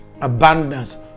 abundance